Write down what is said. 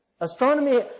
Astronomy